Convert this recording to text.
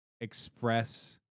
express